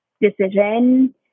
decision